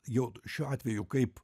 jau šiuo atveju kaip